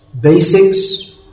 basics